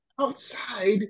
outside